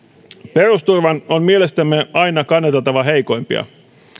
perusturvan on mielestämme aina kannateltava heikoimpia